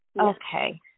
Okay